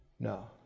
No